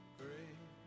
great